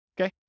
Okay